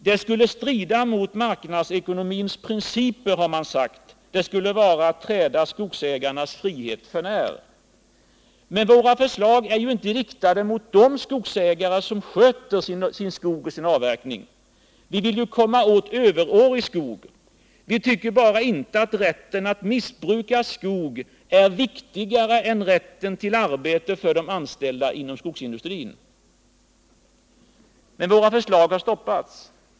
Det skulle strida mot marknadsekonomins principer, har man sagt. Det skulle vara att träda skogsägarnas frihet för när. Men våra förslag är ju inte riktade mot de skogsägare som sköter sin skog och sin avverkning. Vad vi vill komma åt är överårig skog. Vi tycker bara inte att rätten att missköta skog är viktigare än rätten till arbete för de anställda i skogsindustrin. Våra förslag har emellertid stoppats.